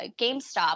GameStop